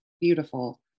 beautiful